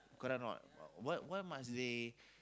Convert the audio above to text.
correct a not why why must they